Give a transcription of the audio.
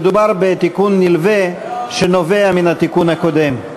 מדובר בתיקון נלווה, שנובע מן התיקון הקודם.